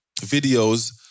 videos